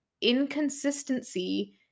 inconsistency